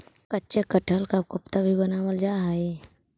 कच्चे कटहल का कोफ्ता भी बनावाल जा हई